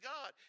God